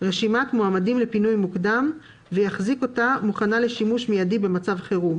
רשימת מועמדים לפינוי מוקדם ויחזיק אותה מוכנה לשימוש מיידי במצב חירום,